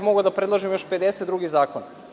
Mogao bih da predložim još 50 drugih zakona,